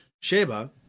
sheba